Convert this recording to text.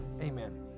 amen